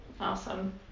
Awesome